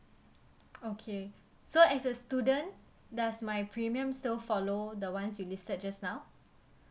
okay so as a student does my premium still follow the ones you listed just now